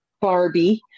Barbie